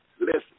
Listen